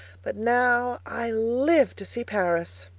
but now i live to see paris!